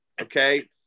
Okay